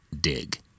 dig